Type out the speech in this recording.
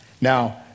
Now